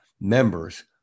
members